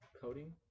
coding